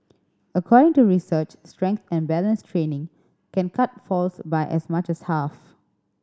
according to research strength and balance training can cut falls by as much as half